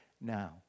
now